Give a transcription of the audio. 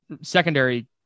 secondary